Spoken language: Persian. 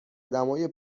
دمای